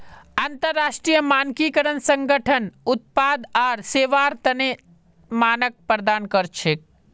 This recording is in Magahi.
अंतरराष्ट्रीय मानकीकरण संगठन उत्पाद आर सेवार तने मानक प्रदान कर छेक